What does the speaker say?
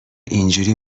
اینجوری